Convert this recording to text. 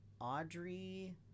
Audrey